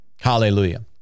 Hallelujah